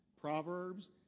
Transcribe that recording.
Proverbs